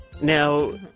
Now